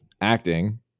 acting